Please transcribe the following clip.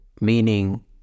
meaning